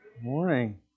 Morning